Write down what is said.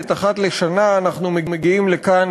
אחת לשנה אנחנו מגיעים לכאן,